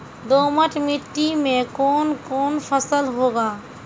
दोमट मिट्टी मे कौन कौन फसल होगा?